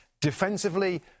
Defensively